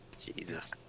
Jesus